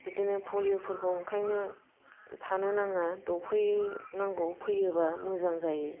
बिदिनो पलिअफोरखौ ओंखायनो थानो नाङा दौफैनांगौ फैयोबा मोजां जायो